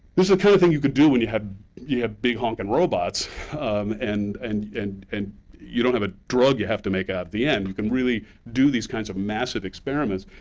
there's a kind of thing you can do when you have you have big honking robots and and and and you don't have a drug you have to make at the end. you can really do these kinds of massive experiments.